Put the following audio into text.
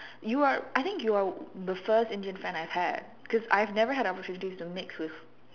you are I think you are the first Indian friend I've had cause I've never had opportunities to mix with